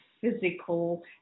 physical